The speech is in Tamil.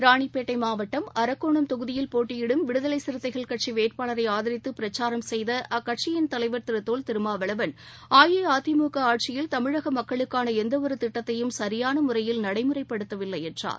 ராணிப்பேட்டை மாவட்டம் அரக்கோணம் தொகுதியில் போட்டியிடும் விடுதலை சிறுத்தைகள் கட்சி வேட்பாளரை ஆதரித்து பிரச்சாரம் செய்த அக்கட்சியின் தலைவர் திரு தொல் திருமாவளவன் அஇஅதிமுக ஆட்சியில் தமிழக மக்களுக்கான எந்தவொரு திட்டத்தையும் சரியான முறையில் நடைமுறைப்படுத்தவில்லை என்றார்